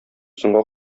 соңга